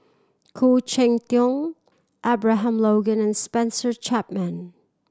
Khoo Cheng Tiong Abraham Logan and Spencer Chapman